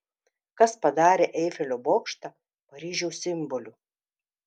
kas padarė eifelio bokštą paryžiaus simboliu